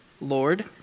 Lord